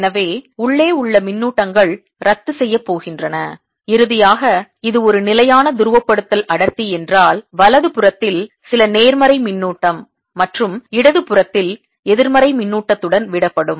எனவே உள்ளே உள்ள மின்னூட்டங்கள் ரத்து செய்யப் போகின்றன இறுதியாக இது ஒரு நிலையான துருவப்படுத்தல் அடர்த்தி என்றால் வலது புறத்தில் சில நேர்மறை மின்னூட்டம் மற்றும் இடது புறத்தில் எதிர்மறை மின்னூட்டத்துடன் விடப்படும்